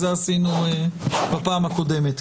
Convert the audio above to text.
את זה עשינו בפעם הקודמת.